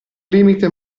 limite